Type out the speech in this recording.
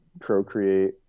procreate